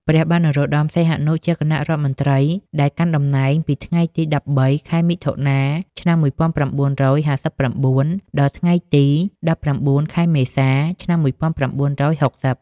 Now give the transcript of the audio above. ព្រះបាទនរោត្តម សីហនុ ជាគណៈរដ្ឋមន្ត្រីដែលកាន់តំណែងពីថ្ងៃទី ១៣ ខែមិថុនា ឆ្នាំ១៩៥៩ ដល់ថ្ងៃទី ១៩ ខែមេសា ឆ្នាំ១៩៦០។